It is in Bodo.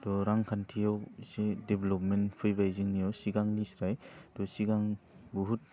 थह रांखान्थियाव इसे देभ्लपमेन्ट फैबाय जोंनियाव सिगांनिस्राय थह सिगां बहुद